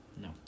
No